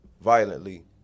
violently